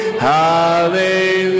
Hallelujah